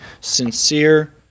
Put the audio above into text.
sincere